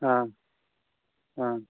हाँ हाँ